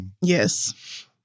Yes